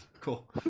cool